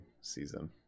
season